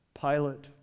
Pilate